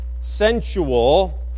sensual